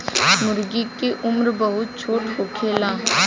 मूर्गी के उम्र बहुत छोट होखेला